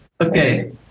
Okay